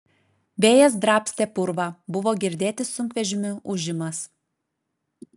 vėjas drabstė purvą buvo girdėti sunkvežimių ūžimas